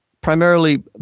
primarily